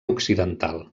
occidental